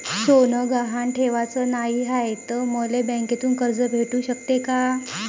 सोनं गहान ठेवाच नाही हाय, त मले बँकेतून कर्ज भेटू शकते का?